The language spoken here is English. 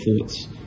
thoughts